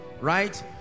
right